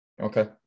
Okay